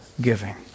giving